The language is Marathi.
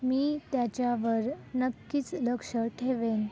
मी त्याच्यावर नक्कीच लक्ष ठेवेन